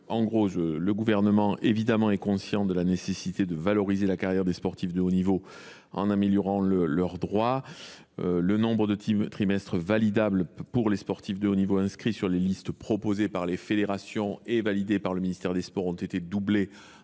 de vue. Le Gouvernement est conscient de la nécessité de valoriser la carrière des sportifs de haut niveau en améliorant leurs droits. Le nombre de trimestres qui peuvent être validés par les sportifs de haut niveau inscrits sur les listes proposées par les fédérations et validées par la ministre des sports, a doublé,